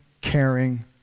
caring